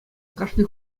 кашни